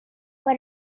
for